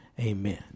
amen